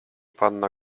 panna